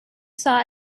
saw